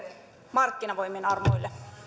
markkinavoimien armoille